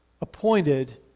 appointed